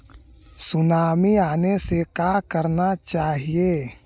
Tsunami आने से का करना चाहिए?